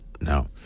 No